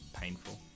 painful